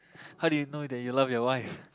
how do you know that you love your wife